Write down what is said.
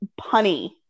punny